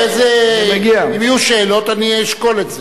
אחרי זה, אם יהיו שאלות, אני אשקול את זה.